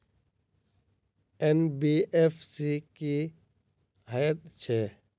NBFC की हएत छै?